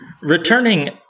Returning